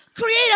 Create